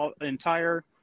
entire